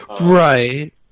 right